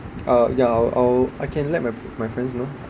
uh ya I'll I'll I can let my my friends know